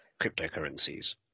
cryptocurrencies